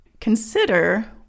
consider